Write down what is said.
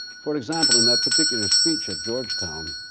for example, in that particular speech at georgetown,